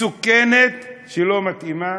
מסוכנת, שלא מתאימה